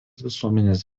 visuomenės